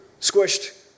squished